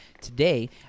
today